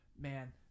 Man